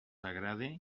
agrade